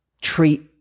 treat